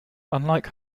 unlike